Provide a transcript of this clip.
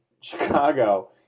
Chicago